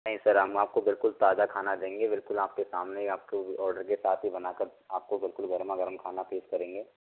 नहीं सर हम आपको बिलकुल ताजा खाना देंगे बिलकुल आपके सामने आपके आर्डर के साथ ही बना कर आपको बिलकुल गरमा गरम खाना पेश करेंगे